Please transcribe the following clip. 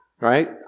Right